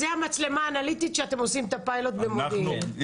זה המצלמה האנליטית של הפיילוט במודיעין שאתם עושים.